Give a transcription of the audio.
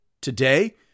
Today